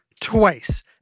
twice